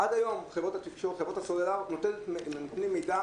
הטלפונים הכשרים,